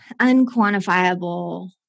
unquantifiable